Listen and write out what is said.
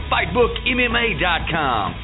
FightBookMMA.com